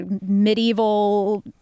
medieval